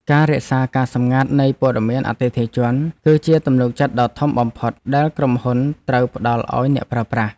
ការរក្សាការសម្ងាត់នៃព័ត៌មានអតិថិជន គឺជាទំនុកចិត្តដ៏ធំបំផុតដែលក្រុមហ៊ុនត្រូវផ្តល់ឱ្យអ្នកប្រើប្រាស់។